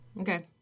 Okay